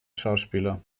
schauspieler